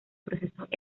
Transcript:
procesos